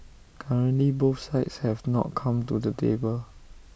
currently both sides have not come to the table